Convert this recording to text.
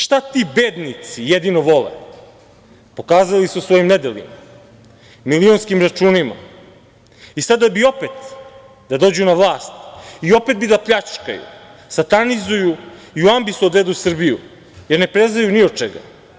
Šta ti bednici jedino vole, pokazali su svojim nedelima, milionskim računima i sada bi opet da dođu na vlast i opet bi da pljačkaju, satanizuju i u ambis odvedu Srbiju, jer ne prezaju ni od čega.